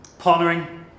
partnering